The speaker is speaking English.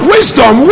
Wisdom